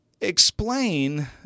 explain